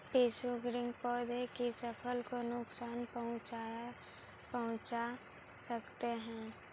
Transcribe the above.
पिस्सू भृंग पौधे की फसल को नुकसान पहुंचा सकते हैं